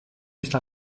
juste